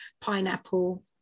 pineapple